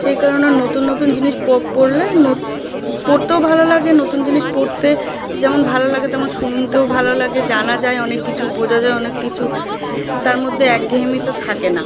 সেই কারণে নতুন নতুন জিনিস পড়লে পড়তেও ভালো লাগে নতুন জিনিস পড়তে যেমন ভালো লাগে তেমন শুনতেও ভালো লাগে জানা যায় অনেক কিছু বোঝা যায় অনেক কিছু তার মধ্যে একঘেয়েমিটা থাকে না